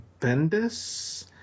Bendis